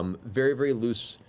um very, very loose,